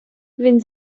він